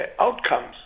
outcomes